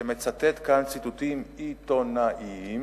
שמצטט כאן ציטוטים עיתונאיים,